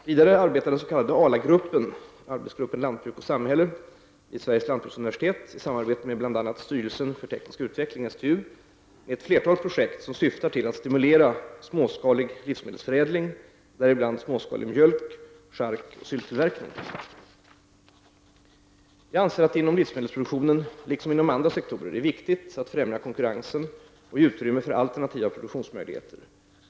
Vidare arbetar den s.k. ALA-gruppen vid Sveriges lantbruksuniversitet i samarbete med bl.a. styrelsen för teknisk utveckling med ett flertal projekt som syftar till att stimulera småskalig livsmedelsförädling, däribland småskalig mjölk-, charkoch sylttillverkning. Jag anser att det inom livsmedelsproduktionen liksom inom andra sektorer är viktigt att främja konkurrensen och ge utrymme för alternativa produktionsmöjligheter.